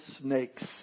snakes